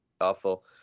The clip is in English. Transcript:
awful